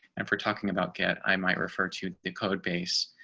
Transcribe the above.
and for talking about get i might refer to the code base,